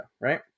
right